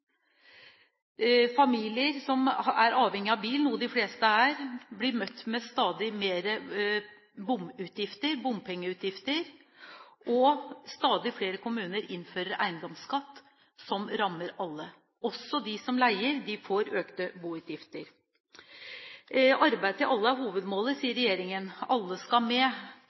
Familier som er avhengige av bil, noe de fleste er, blir møtt med stadig mer bompengeutgifter, og stadig flere kommuner innfører eiendomsskatt, som rammer alle. Også de som leier, får økte boutgifter. Arbeid til alle er hovedmålet, sier regjeringen – alle skal med.